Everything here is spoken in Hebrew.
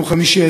ביום חמישי,